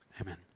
Amen